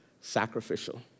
Sacrificial